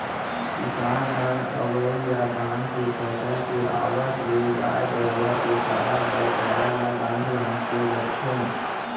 किसान मन अवइ या धान के फसल के आवत ले गाय गरूवा के चारा बस पैरा ल गांज गांज के रखथें